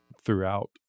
throughout